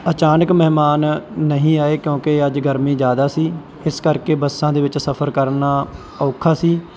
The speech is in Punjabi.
ਅਚਾਨਕ ਮਹਿਮਾਨ ਨਹੀਂ ਆਏ ਕਿਉਂਕਿ ਅੱਜ ਗਰਮੀ ਜ਼ਿਆਦਾ ਸੀ ਇਸ ਕਰਕੇ ਬੱਸਾਂ ਦੇ ਵਿੱਚ ਸਫਰ ਕਰਨਾ ਔਖਾ ਸੀ